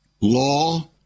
law